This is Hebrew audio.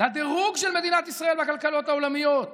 לדירוג של מדינת ישראל בכלכלות העולמיות